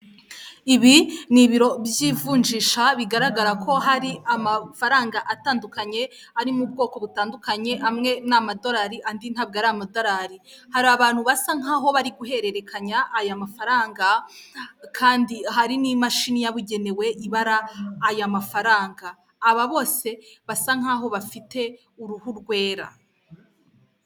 Ibi n'ibiro by'ivunjisha bigaragara ko hari amafaranga atandukanye ari m'ubwoko butandukanye amwe n'amadorari andi ntabwo ari amadorari, hari abantu basa nkaho bari guhererekanya aya mafaranga kandi hari n'imashini yabugenewe ibara aya mafaranga aba bose basa nkaho bafite uruhu rwera.